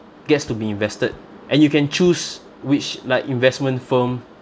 gets to be invested and you can choose which like investment firm